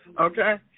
Okay